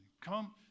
Come